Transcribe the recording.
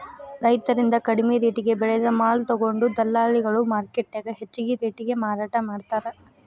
ರೈತರಿಂದ ಕಡಿಮಿ ರೆಟೇಗೆ ಬೆಳೆದ ಮಾಲ ತೊಗೊಂಡು ದಲ್ಲಾಳಿಗಳು ಮಾರ್ಕೆಟ್ನ್ಯಾಗ ಹೆಚ್ಚಿಗಿ ರೇಟಿಗೆ ಮಾರಾಟ ಮಾಡ್ತಾರ